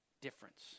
difference